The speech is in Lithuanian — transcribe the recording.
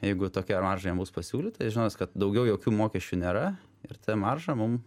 jeigu tokia marža jam bus pasiūlyta jis žinos kad daugiau jokių mokesčių nėra ir ta marža mum